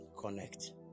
Connect